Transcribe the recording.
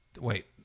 Wait